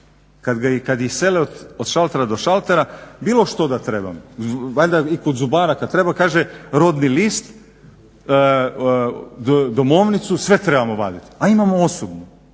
kad ih sele od šaltera do šaltera, bilo što da treba. Valjda i kod zubara kad treba kaže rodni list, domovnicu, sve trebamo vadit, a imamo osobnu.